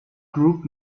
group